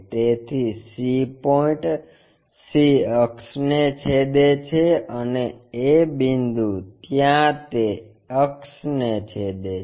તેથી c point c અક્ષને છેદે છે અને a બિંદુ ત્યાં તે અક્ષ ને છેદે છે